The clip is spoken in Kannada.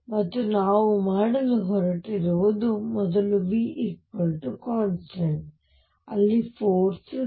ಮತ್ತು ನಾವು ಮಾಡಲು ಹೊರಟಿರುವುದು ಮೊದಲು V ಕಾಂಸ್ಟಂಟ್ ಅಲ್ಲಿ ಫೋರ್ಸ್ 0